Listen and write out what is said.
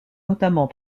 notamment